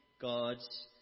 god's